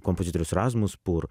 kompozitorius razmus pur